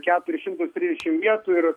keturis šimtus trisdešimt vietų ir